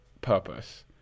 purpose